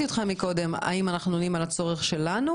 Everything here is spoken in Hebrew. שאלתי אותך קודם האם אנחנו עונים על הצורך שלנו